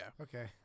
okay